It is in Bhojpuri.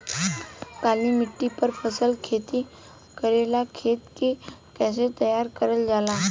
काली मिट्टी पर फसल खेती करेला खेत के कइसे तैयार करल जाला?